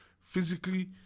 physically